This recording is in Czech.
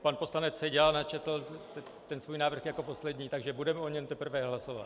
Pan poslanec Seďa načetl svůj návrh jako poslední, takže budeme o něm teprve hlasovat.